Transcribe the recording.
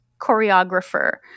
choreographer